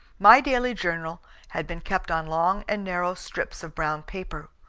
my daily journal had been kept on long and narrow strips of brown paper,